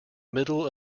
middle